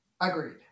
Agreed